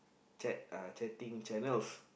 chat uh chatting channels